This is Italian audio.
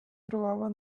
trovava